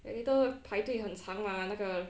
then later 排队很长 lah 那个